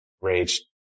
Rage